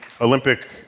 Olympic